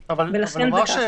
בני-ברק.